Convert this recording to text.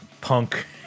punk